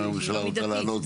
אם הממשלה רוצה לענות,